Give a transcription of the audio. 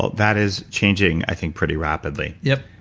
that is changing i think pretty rapidly yup